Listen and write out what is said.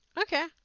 Okay